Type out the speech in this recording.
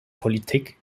politik